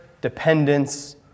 dependence